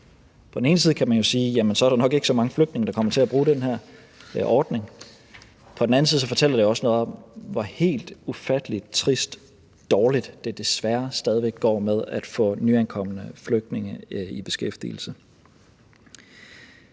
På den ene side kan man jo sige, at der så nok ikke er så mange flygtninge, der kommer til at bruge den her ordning. På den anden side fortæller det også noget om, hvor helt ufattelig trist og dårligt det desværre stadig væk går med at få nyankomne flygtninge i beskæftigelse.